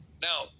Now